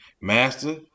Master